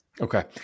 Okay